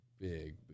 big